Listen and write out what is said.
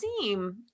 seem